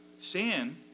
sin